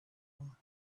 room